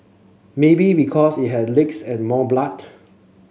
maybe because it had legs and more blood